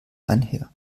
einher